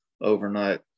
overnight